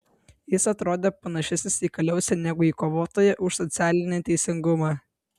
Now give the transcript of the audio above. jis atrodė panašesnis į kaliausę negu į kovotoją už socialinį teisingumą